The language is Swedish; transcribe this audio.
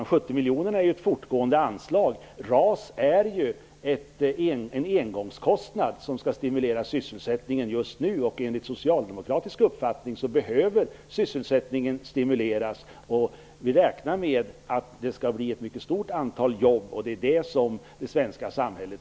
De 70 miljonerna är ju ett fortgående anslag - RAS är en engångskostnad som skall stimulera sysselsättningen just nu. Enligt socialdemokratisk uppfattning behöver sysselsättningen stimuleras. Vi räknar med att det skall bli ett mycket stort antal jobb, och det behöver det svenska samhället.